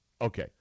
Okay